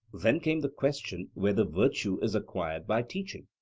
then came the question whether virtue is acquired by teaching?